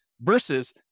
versus